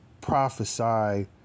prophesy